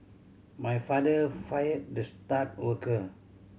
my father fired the star worker